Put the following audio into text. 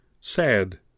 sad